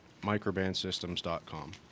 MicrobandSystems.com